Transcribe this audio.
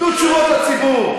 תנו תשובות לציבור,